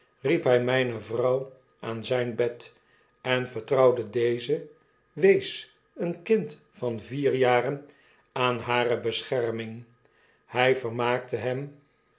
riep hy myne vrouw aan zijn bed en vertrouwde dezen wees een kind van vier jaren aan hare bescherming hy vermaakte hem